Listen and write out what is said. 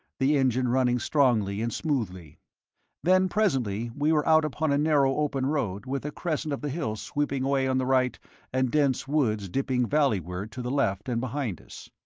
the engine running strongly and smoothly then, presently, we were out upon a narrow open road with the crescent of the hills sweeping away on the right and dense woods dipping valleyward to the left and behind us.